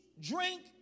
drink